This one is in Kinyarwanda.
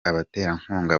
abaterankunga